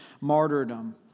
martyrdom